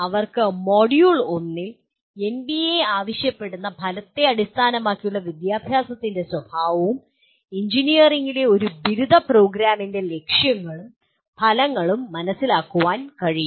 അവർക്ക് മൊഡ്യൂൾ 1 ൽ എൻബിഎ ആവശ്യപ്പെടുന്ന ഫലത്തെ അടിസ്ഥാനമാക്കിയുള്ള വിദ്യാഭ്യാസത്തിൻ്റെ സ്വഭാവവും എഞ്ചിനീയറിംഗിലെ ഒരു ബിരുദ പ്രോഗ്രാമിൻ്റെ ലക്ഷ്യങ്ങളും ഫലങ്ങളും മനസിലാക്കാൻ കഴിയും